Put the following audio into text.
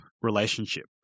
relationship